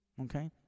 Okay